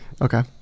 Okay